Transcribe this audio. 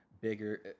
bigger